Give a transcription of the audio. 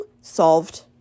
solved